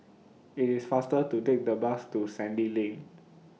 IT IS faster to Take The Bus to Sandy Lane